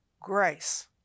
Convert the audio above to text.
grace